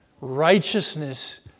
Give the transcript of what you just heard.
Righteousness